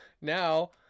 now